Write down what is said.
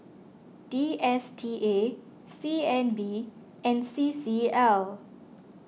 D S T A C N B and C C L